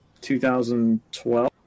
2012